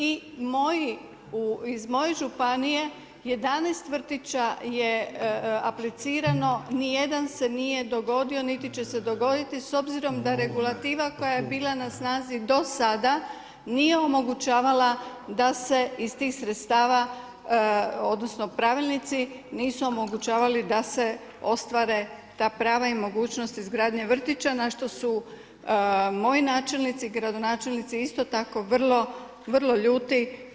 I iz moje županije 11 vrtića je aplicirano nijedan se nije dogodio niti će se dogoditi s obzirom da regulativa koja je bila na snazi do sada nije omogućavala da se iz tih sredstava odnosno pravilnici nisu omogućavali da se ostvare ta prava i mogućnost izgradnje vrtića na što su moji načelnici i gradonačelnici isto tako vrlo ljuti.